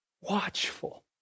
Watchful